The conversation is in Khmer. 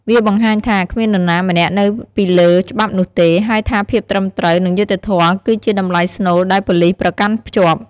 វាបង្ហាញថា គ្មាននរណាម្នាក់នៅពីលើច្បាប់នោះទេ ហើយថាភាពត្រឹមត្រូវ និងយុត្តិធម៌ គឺជាតម្លៃស្នូលដែលប៉ូលិសប្រកាន់ភ្ជាប់។